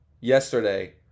yesterday